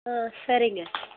ஆ சரிங்க